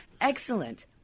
Excellent